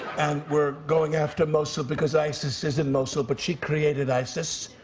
and we're going after mosul because isis is in mosul but she created isis.